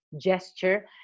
gesture